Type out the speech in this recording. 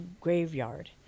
graveyard